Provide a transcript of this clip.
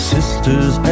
Sisters